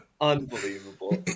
Unbelievable